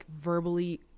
verbally